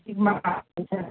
ఈ మా పాప డిసైడ్ అవుతుంది